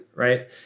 Right